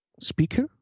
speaker